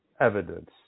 evidence